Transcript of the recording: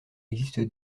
existe